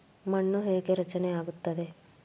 ಮಣ್ಣು ಹೇಗೆ ರಚನೆ ಆಗುತ್ತದೆ?